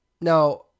Now